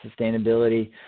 sustainability